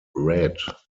red